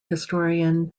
historian